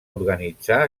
organitzar